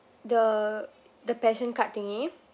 the the passion card thingy